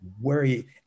worry